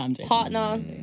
partner